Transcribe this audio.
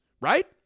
right